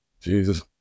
Jesus